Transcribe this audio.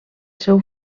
seu